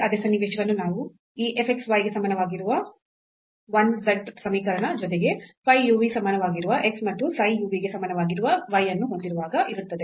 ಅದೇ ಸನ್ನಿವೇಶವನ್ನು ನಾವು ಈ f x y ಗೆ ಸಮಾನವಾಗಿರುವ 1 z ಸಮೀಕರಣ ಜೊತೆಗೆ phi u v ಗೆ ಸಮಾನವಾಗಿರುವ x ಮತ್ತು psi u v ಗೆ ಸಮಾನವಾಗಿರುವ y ಅನ್ನು ಹೊಂದಿರುವಾಗ ಇರುತ್ತದೆ